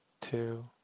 two